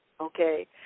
okay